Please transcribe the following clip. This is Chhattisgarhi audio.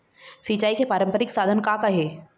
सिचाई के पारंपरिक साधन का का हे?